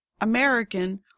American